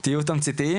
תהיו תמציתיים,